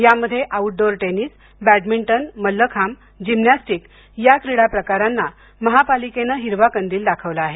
यामध्ये outdoor tennis badminton mallakhamb gymnastic या क्रीडा प्रकारांना महापालिकेनं हिरवा कंदील दाखवला आहे